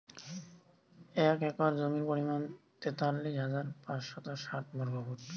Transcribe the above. এক একর জমির পরিমাণ তেতাল্লিশ হাজার পাঁচশত ষাট বর্গফুট